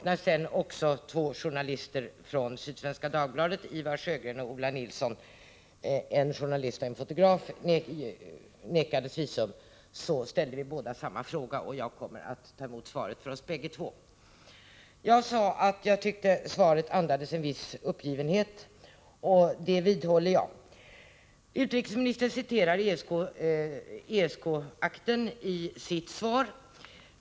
När sedan också en journalist och en fotograf från Sydsvenska Dagbladet — Ivar Sjögren och Ola Nilsson — nekades visum, ställde vi båda samma fråga, och jag kommer att ta emot svaret för oss bägge två. Jag sade att jag tycker att svaret andas en viss uppgivenhet, och det vidhåller jag. Utrikesministern citerar i sitt svar ur ESK-akten.